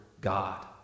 God